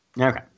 Okay